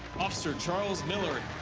officer charles miller. i'm